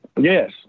Yes